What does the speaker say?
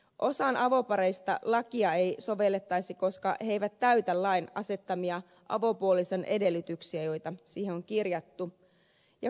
osaan avopareista lakia ei sovellettaisi koska he eivät täytä lain asettamia avopuolison edellytyksiä joita siihen on kirjattu